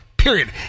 Period